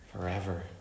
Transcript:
forever